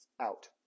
out